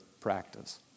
practice